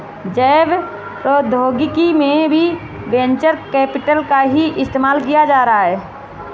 जैव प्रौद्योगिकी में भी वेंचर कैपिटल का ही इस्तेमाल किया जा रहा है